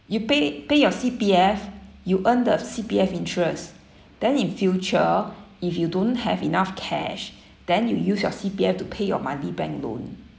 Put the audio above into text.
you pay pay your C_P_F you earn the C_P_F interest then in future if you don't have enough cash then you use your C_P_F to pay your monthly bank loan